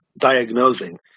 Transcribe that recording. diagnosing